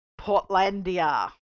Portlandia